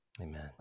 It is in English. Amen